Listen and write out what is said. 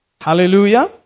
Hallelujah